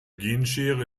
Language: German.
genschere